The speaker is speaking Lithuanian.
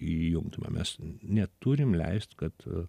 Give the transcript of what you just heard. įjungtume mes neturim leist kad